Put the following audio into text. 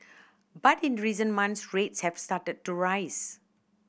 but in recent months rates have started to rise